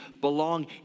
belong